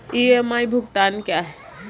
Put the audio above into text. EMI भुगतान क्या है?